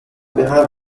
behind